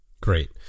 Great